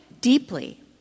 deeply